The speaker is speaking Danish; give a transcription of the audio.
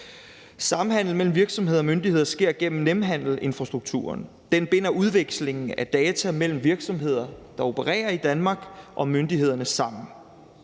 Samhandel mellem virksomheder og myndigheder sker gennem Nemhandelsinfrastrukturen. Den binder udvekslingen af data mellem virksomheder, der opererer i Danmark, og myndighederne sammen.